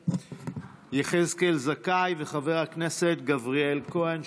יחזקאל זכאי וחבר הכנסת גבריאל כהן,